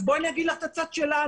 אז בואי אני אגיד לך את הצד שלנו,